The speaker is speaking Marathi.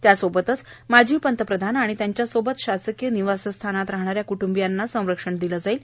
त्यासोबतच माजी पंतप्रधान आणि त्यांच्यासोबत शासकीय निवासस्थानात राहणाऱ्या कुटूंबियांना संरक्षण दिलं जाईल